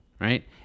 right